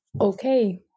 Okay